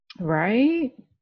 Right